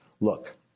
Look